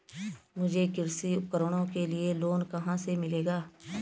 मुझे कृषि उपकरणों के लिए लोन कहाँ से मिलेगा?